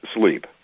sleep